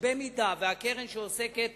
שבמידה שהקרן שעוסקת